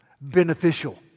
beneficial